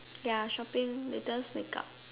ya shopping latest make up